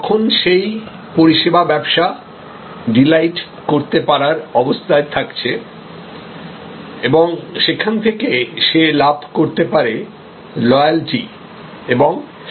তখন সেই পরিষেবা ব্যবসা ডিলাইট করতে পারার অবস্থায় থাকছে এবং সেখান থেকে সে লাভ করতে পারে লয়ালটি এবং সমর্থন